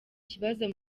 kibazo